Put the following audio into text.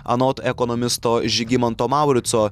anot ekonomisto žygimanto maurico